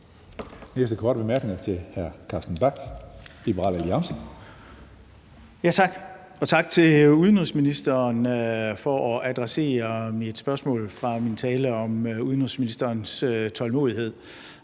Næste korte bemærkning er til hr. Carsten Bach, Liberal Alliance. Kl. 16:33 Carsten Bach (LA): Tak, og tak til udenrigsministeren for at adressere mit spørgsmål fra min tale om udenrigsministerens tålmodighed.